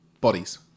bodies